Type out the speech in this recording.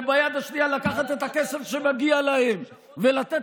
וביד השנייה לקחת את הכסף שמגיע להם ולתת